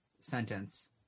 sentence